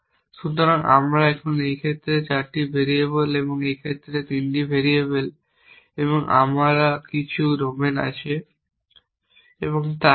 সুতরাং আমরা এখন এই ক্ষেত্রে 4 ভেরিয়েবল এই ক্ষেত্রে 3 ভেরিয়েবল এবং আমরা কিছু ডোমেইন আছে এবং তাই জানেন